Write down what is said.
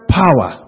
power